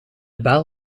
bel